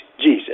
Jesus